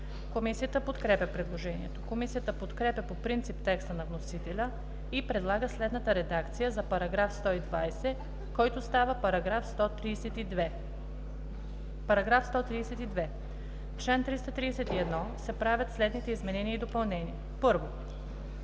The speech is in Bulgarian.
Комисията подкрепя предложението. Комисията подкрепя по принцип текста на вносителя и предлага следната редакция за § 120, който става § 132: „§ 132. В чл. 331 се правят следните изменения и допълнения: 1.